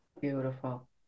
Beautiful